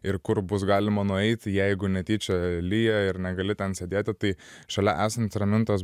ir kur bus galima nueiti jeigu netyčia lyja ir negali ten sėdėti tai šalia esanti ramintos